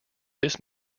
this